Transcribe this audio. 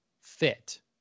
fit